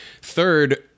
Third